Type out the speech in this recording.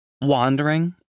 wandering